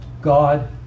God